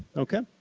okay?